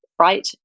right